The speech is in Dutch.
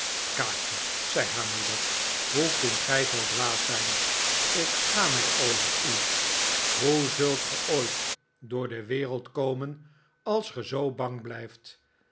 kaatje zei haar moeder hoe kunt gij zoo dwaas zijn ik schaam mij over u hoe zult ge ooit door de wereld komen als ge zoo bang blijft